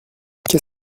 qu’est